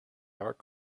dark